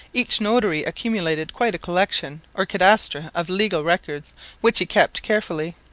each notary accumulated quite a collection or cadastre of legal records which he kept carefully.